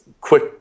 quick